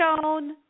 shown